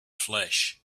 flesh